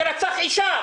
תירצח אישה,